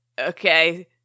okay